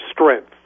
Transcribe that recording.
strength